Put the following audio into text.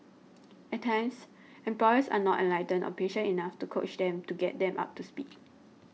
at times employers are not enlightened or patient enough to coach them to get them up to speed